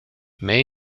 may